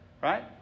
Right